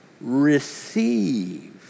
receive